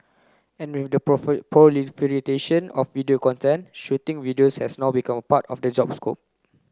and with the proliferation of video content shooting videos has now become part of the job scope